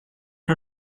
har